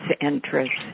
interests